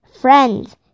friends